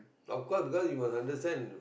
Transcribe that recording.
of course because you must understand